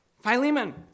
Philemon